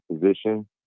position